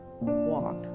walk